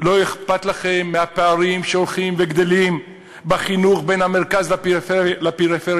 לא אכפת לכם הפערים שהולכים וגדלים בחינוך בין המרכז לפריפריה.